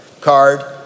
card